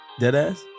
Deadass